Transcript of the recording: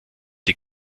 die